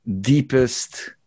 deepest